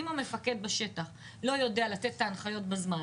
אם המפקד בשטח לא יודע לתת את ההנחיות בזמן,